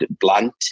blunt